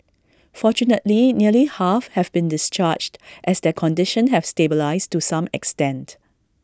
fortunately nearly half have been discharged as their condition have stabilised to some extent